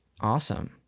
Awesome